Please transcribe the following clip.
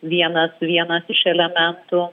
vienas vienas iš elementų